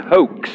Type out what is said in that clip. Hoax